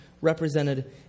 represented